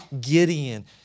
Gideon